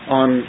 on